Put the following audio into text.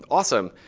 awesome.